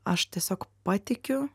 aš tiesiog patikiu